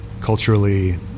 culturally